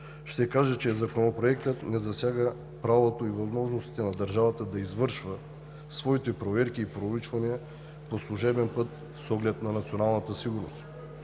ще кажа, че Законопроектът не засяга правото и възможностите на държавата да извършва своите проверки и проучвания по служебен път с оглед на националната сигурност.